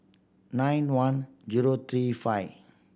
nine one zero three five